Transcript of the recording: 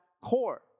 core